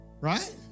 Right